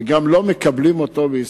וגם לא מקבלים אותו בישראל.